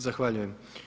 Zahvaljujem.